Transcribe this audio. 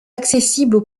accessibles